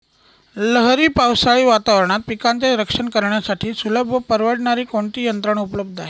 लहरी पावसाळी वातावरणात पिकांचे रक्षण करण्यासाठी सुलभ व परवडणारी कोणती यंत्रणा उपलब्ध आहे?